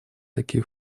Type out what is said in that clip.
такие